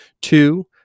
Two